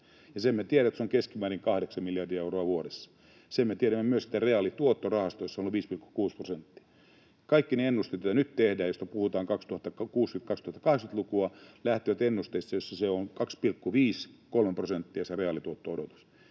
ja me tiedämme, että se on keskimäärin 8 miljardia euroa vuodessa. Me tiedämme myös, että reaalituotto rahastoissa on ollut 5,6 prosenttia. Kaikki ne ennusteet, joita nyt tehdään ja joissa puhutaan 2060—2080-luvuista, lähtevät ennusteista, joissa reaalituotto-odotus